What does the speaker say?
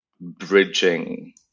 bridging